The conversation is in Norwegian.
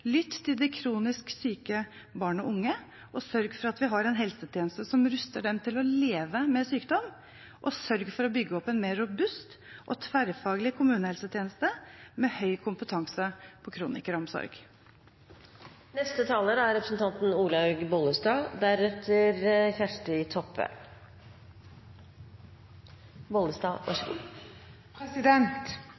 til kronisk syke barn og unge, og sørg for at vi har en helsetjeneste som ruster dem til å leve med sykdom sørg for å bygge opp en mer robust og tverrfaglig kommunehelsetjeneste med høy kompetanse på kronikeromsorg Livsstilssykdommer er